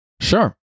Sure